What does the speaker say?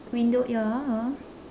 window ya